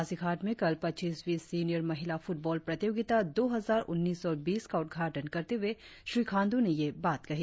पासीघाट में कल पच्चीसवीं सीनियर महिला फुटबॉल प्रतियोगिता दो हजार उन्नीस बीस का उद्घाटन करते हुए श्री खाण्ड् ने यह बात कही